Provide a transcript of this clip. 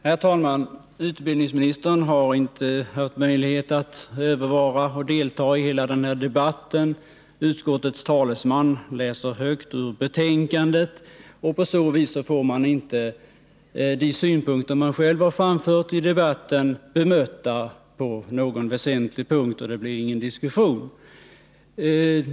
Herr talman! Utbildningsministern har inte haft möjlighet att delta i hela debatten. Utskottets talesman läser högt ur betänkandet, och på så vis får man inte de synpunkter som man själv har framfört i debatten ordentligt bemötta. Det blir ingen diskussion.